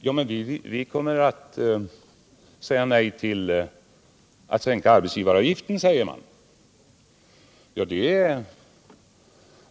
Ja, men socialdemokraterna kommer att säga nej till att sänka arbetsgivaravgiften, säger man.